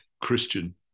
Christian